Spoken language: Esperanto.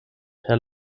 per